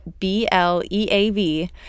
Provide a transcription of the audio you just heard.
BLEAV